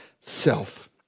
self